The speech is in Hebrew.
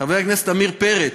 חבר הכנסת עמיר פרץ,